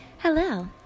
Hello